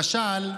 למשל,